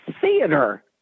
theater